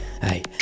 hey